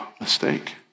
mistake